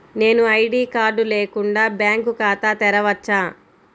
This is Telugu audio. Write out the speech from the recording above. నేను ఐ.డీ కార్డు లేకుండా బ్యాంక్ ఖాతా తెరవచ్చా?